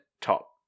Top